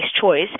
choice